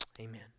Amen